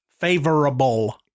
favorable